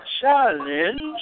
challenge